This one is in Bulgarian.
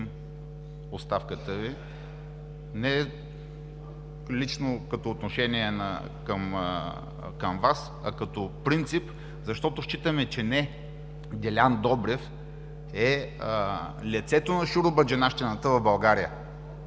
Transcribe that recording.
оставката Ви не лично като отношение към Вас, а като принцип, защото, считаме, че не Делян Добрев е лицето на шуробаджанащината в България.